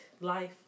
life